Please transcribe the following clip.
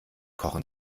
kochen